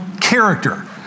character